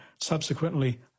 subsequently